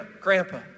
grandpa